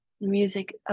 music